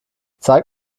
zeig